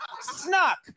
Snuck